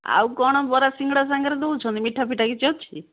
ଆଉ କ'ଣ ବରା ସିଙ୍ଗଡ଼ା ସାଙ୍ଗରେ ଦେଉଛନ୍ତି ମିଠା ଫିଠା କିଛି ଅଛି କି